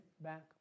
back